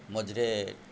ମଝିରେ